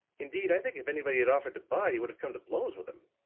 indeed, i think if anybody had offered to buy, he would have come to blows with him.